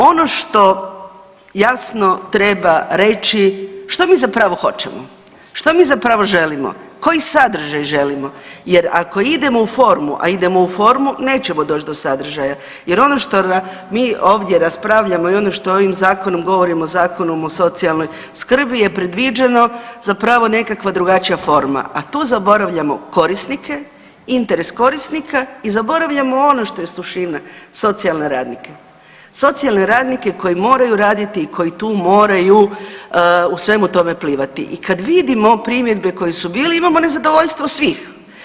Ono što jasno treba reći što mi zapravo hoćemo, što mi zapravo želimo, koji sadržaj želimo jer ako idemo u formu, a idemo u formu nećemo doć do sadržaja jer ono što mi ovdje raspravljamo i ono što ovim zakonom govorimo Zakonom o socijalnoj skrbi je predviđeno zapravo nekakva drugačija forma, a tu zaboravljamo korisnike, interes korisnika i zaboravljamo ono što je suština socijalne radnike, socijalne radnike koji moraju raditi i koji tu moraju u svemu tome plivati i kad vidimo primjedbe koji su bili imamo nezadovoljstvo svih.